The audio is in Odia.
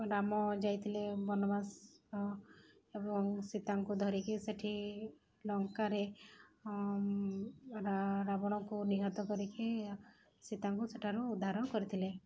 ରାମ ଯାଇଥିଲେ ବନବାସ ଏବଂ ସୀତାଙ୍କୁ ଧରିକି ସେଇଠି ଲଙ୍କାରେ ରାବଣକୁ ନିହତ କରିକି ସୀତାଙ୍କୁ ସେଠାରୁ ଉଦ୍ଧାର କରିଥିଲେ